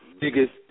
biggest